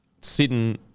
sitting